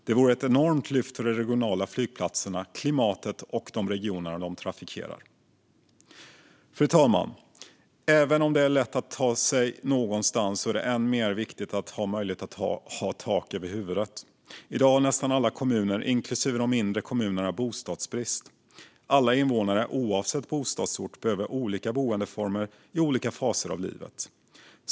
Det vore ett enormt lyft för de regionala flygplatserna, klimatet och de regioner som de trafikerar. Fru talman! Även om det är lätt att ta sig någonstans är det än mer viktigt att ha möjlighet att ha tak över huvudet. I dag har nästan alla kommuner, inklusive de mindre kommunerna, bostadsbrist. Alla invånare, oavsett bostadsort, behöver olika boendeformer i olika faser av livet.